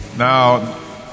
Now